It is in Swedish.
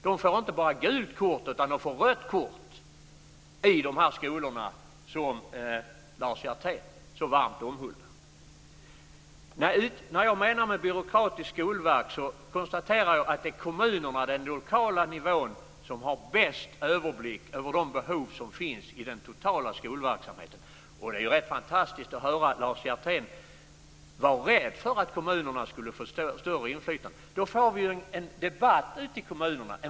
De får inte bara gult kort, utan de får rött kort i de skolor som Lars Hjertén så varmt omhuldar. När jag säger ett byråkratiskt skolverk så menar jag att det är kommunerna, den lokala nivån, som har bäst överblick över de behov som finns i den totala skolverksamheten. Det är rätt fantastiskt att höra att Lars Hjertén är rädd för att kommunerna skulle få större inflytande. Då får vi ju en vital debatt ute i kommunerna!